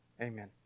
Amen